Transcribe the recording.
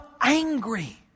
angry